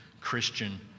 Christian